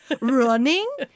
running